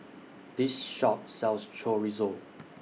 This Shop sells Chorizo